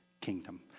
kingdom